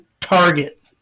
target